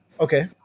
Okay